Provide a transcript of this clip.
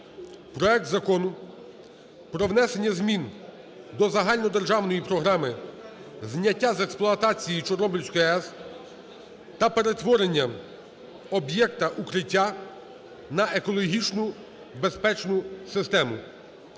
проект Закону про внесення змін до Загальнодержавної програми зняття з експлуатації Чорнобильської АЕС та перетворення об'єкта "Укриття" на екологічно безпечну систему.